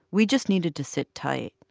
we just needed to sit tight.